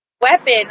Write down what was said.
weapon